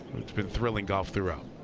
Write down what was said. been thrilling golf throughout.